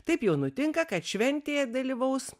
taip jau nutinka kad šventėje dalyvaus